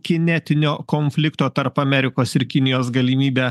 kinetinio konflikto tarp amerikos ir kinijos galimybę